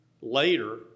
later